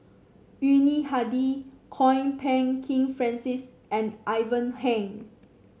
Yuni Hadi Kwok Peng Kin Francis and Ivan Heng